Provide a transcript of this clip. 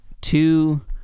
two